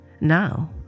Now